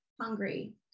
hungry